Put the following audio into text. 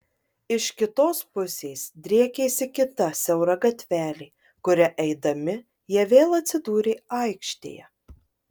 iš kitos pusės driekėsi kita siaura gatvelė kuria eidami jie vėl atsidūrė aikštėje